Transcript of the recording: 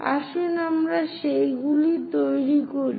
আসুন আমরা সেগুলি তৈরি করি